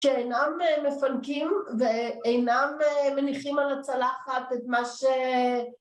‫שאינם מפנקים ואינם מניחים ‫על הצלחת את מה ש...